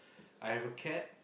I have a cat